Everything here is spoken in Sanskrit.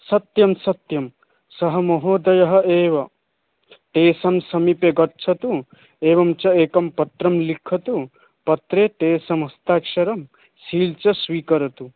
सत्यं सत्यं सः महोदयः एव तेषां समीपे गच्छतु एवञ्च एकं पत्रं लिखतु पत्रे तेषां हस्ताक्षरं सील् च स्वीकरोतु